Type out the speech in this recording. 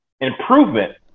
improvement